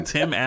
Tim